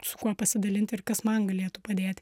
su kuo pasidalinti ir kas man galėtų padėti